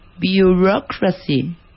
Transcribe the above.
Bureaucracy